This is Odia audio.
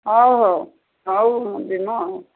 ହଉ ହଉ ହଉ ଯିବୁ